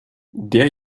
der